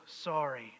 sorry